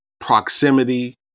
proximity